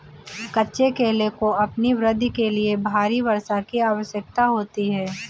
कच्चे केले को अपनी वृद्धि के लिए भारी वर्षा की आवश्यकता होती है